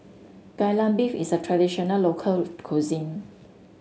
Kai Lan Beef is a traditional local cuisine